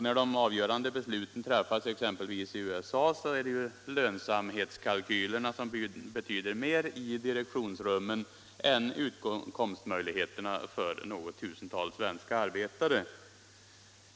När de avgörande besluten fattas exempelvis i USA, är det lönsamhetskalkylerna som betyder mer i direktionsrummen än utkomstmöjligheterna för något tusental svenska arbetare.